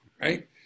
right